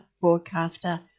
broadcaster